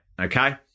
okay